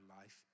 life